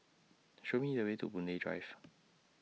Show Me The Way to Boon Lay Drive